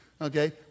Okay